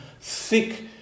thick